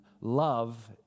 love